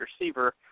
receiver